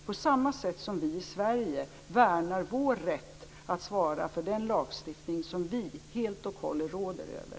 På samma sätt värnar vi i Sverige vår rätt att svara för den lagstiftning som vi helt och hållet råder över.